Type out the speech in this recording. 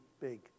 big